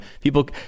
people